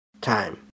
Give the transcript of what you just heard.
Time